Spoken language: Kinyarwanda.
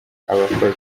abakozi